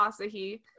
Asahi